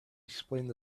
explained